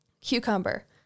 cucumber